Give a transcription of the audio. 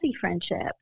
friendship